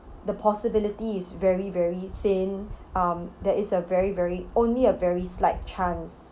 the possibility is very very thin um there is a very very only a very slight chance